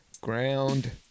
Ground